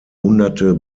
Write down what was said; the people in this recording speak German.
hunderte